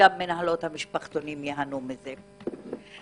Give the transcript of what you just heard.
וגם מנהלות המשפחתונים ייהנו מזה.